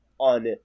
on